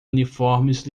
uniformes